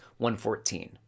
114